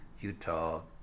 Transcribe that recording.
Utah